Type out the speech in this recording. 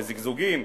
בזיגזוגים.